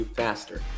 faster